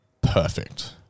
perfect